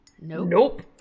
nope